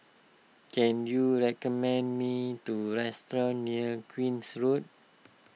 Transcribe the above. can you recommend me the restaurant near Queen's Road